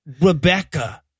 Rebecca